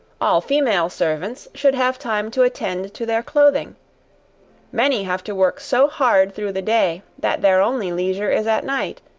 all female servants should have time to attend to their clothing many have to work so hard through the day that their only leisure is at night,